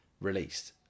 released